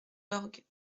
lorgues